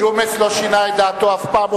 ג'ומס לא שינה את דעתו אף פעם.